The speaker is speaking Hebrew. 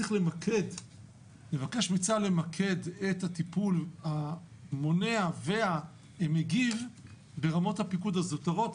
צריך לבקש מצה"ל למקד את הטיפול המונע והמגיב ברמות הפיקוד הזוטרות,